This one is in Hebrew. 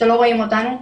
שלא רואים אותנו,